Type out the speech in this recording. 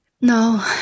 No